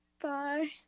Bye